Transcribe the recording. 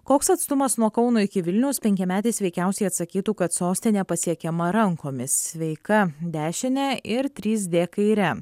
koks atstumas nuo kauno iki vilniaus penkiametis veikiausiai atsakytų kad sostinė pasiekiama rankomis sveika dešine ir trys d kaire